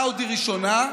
אאודי ראשונה,